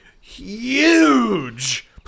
Huge